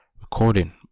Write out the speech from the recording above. recording